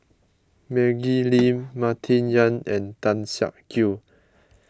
Maggie Lim Martin Yan and Tan Siak Kew